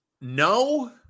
No